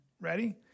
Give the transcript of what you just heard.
Ready